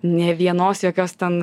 nė vienos jokios ten